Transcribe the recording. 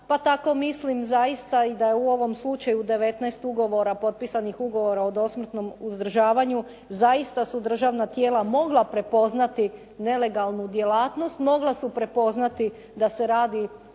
Pa tako mislim zaista i da je u ovom slučaju 19 ugovora, potpisanih ugovora o dosmrtnom uzdržavanju zaista su državna tijela mogla prepoznati nelegalnu djelatnost, mogla su prepoznati da se radi